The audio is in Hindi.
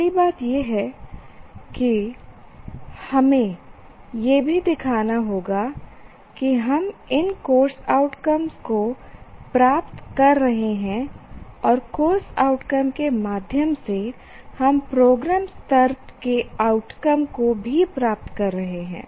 पहली बात यह है कि हमें यह भी दिखाना होगा कि हम इन कोर्स आउटकम को प्राप्त कर रहे हैं और कोर्स आउटकम के माध्यम से हम प्रोग्राम स्तर के आउटकम को भी प्राप्त कर रहे हैं